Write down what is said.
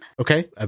Okay